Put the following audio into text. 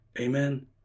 Amen